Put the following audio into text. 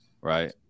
right